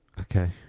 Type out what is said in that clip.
Okay